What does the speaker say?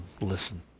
listen